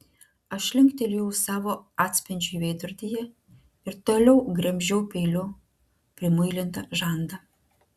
aš linktelėjau savo atspindžiui veidrodyje ir toliau gremžiau peiliu primuilintą žandą